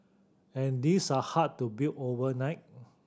and these are hard to build overnight